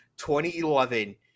2011